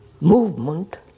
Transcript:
movement